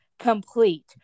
complete